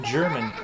German